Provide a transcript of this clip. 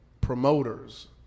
promoters